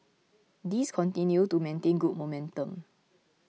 these continue to maintain good momentum